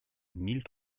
mille